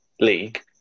league